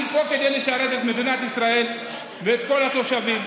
אני פה כדי לשרת את מדינת ישראל ואת כל התושבים,